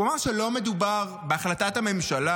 הוא אמר שלא מדובר בהחלטת הממשלה.